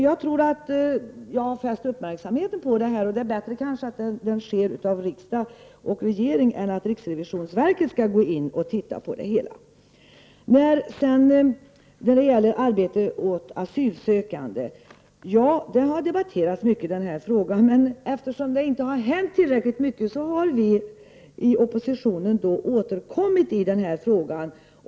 Jag har alltså fäst uppmärksamheten på detta, och det är kanske bättre att det sker från riksdag och regering än från riksrevisionsverket. Frågan om arbete åt asylsökande har ofta debatterats, men eftersom det inte har hänt tillräckligt mycket har vi i oppositionen återkommit i denna fråga.